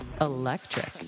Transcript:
Electric